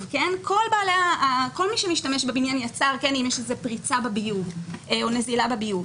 כמו למשל הנזילה בביוב.